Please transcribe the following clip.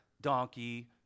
donkey